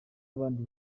abandi